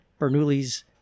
Bernoulli's